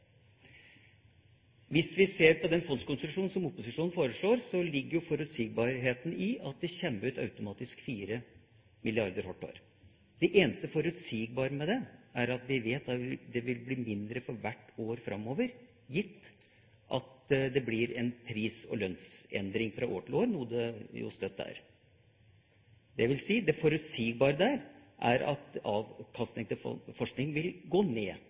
Hvis vi ser på den fondskonstruksjonen som opposisjonen foreslår, ligger forutsigbarheten i at det automatisk kommer ut 4 mrd. kr hvert år. Det eneste forutsigbare ved det er at vi vet at det vil bli mindre for hvert år framover, gitt at det blir en pris- og lønnsendring fra år til år, noe det støtt er. Det vil si at det forutsigbare der er at avkastning til forskning vil gå ned.